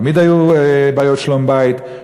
תמיד היו בעיות שלום-בית,